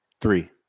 Three